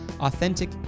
Authentic